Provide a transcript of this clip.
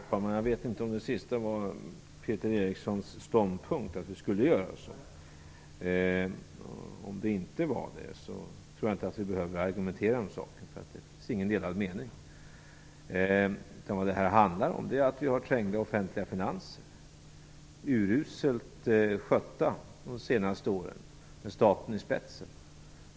Herr talman! Jag vet inte om det avslutande var Peter Erikssons ståndpunkt, att vi skulle göra så. Om det inte var det, tror jag inte att vi behöver argumentera om saken eftersom det inte råder någon delad mening. Vad det handlar om är att vi har trängda offentliga finanser, uruselt skötta under de senaste åren med staten i spetsen.